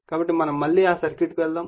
కాబట్టి మనం మళ్ళీ ఆ సర్క్యూట్కు వెళ్దాం